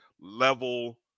level